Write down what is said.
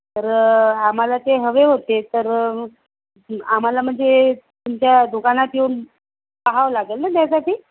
तर आम्हाला ते हवे होते तर आम्हाला म्हणजे तुमच्या दुकानात येऊन पहावं लागेल ना त्यासाठी